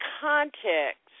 context